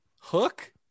Hook